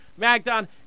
Magdon